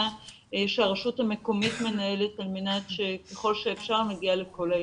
שהרשות המקומית מנהלת על מנת שככל שאפשר נגיע לכל הילדים.